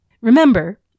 Remember